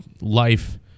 life